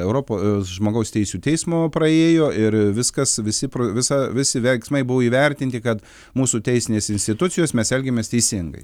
europos žmogaus teisių teismo praėjo ir viskas visi pro visa visi veiksmai buvo įvertinti kad mūsų teisinės institucijos mes elgiamės teisingai